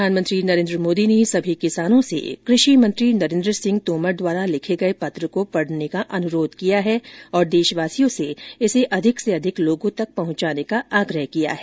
प्रधानमंत्री नरेन्द्र मोदी ने सभी किसानों से कृषि मंत्री नरेन्द्र सिंह तोमर द्वारा लिखे गए पत्र को पढ़ने का अनुरोध किया है और देशवासियों से इसे अधिक से अधिक लोगों तक पहुंचाने का आग्रह किया है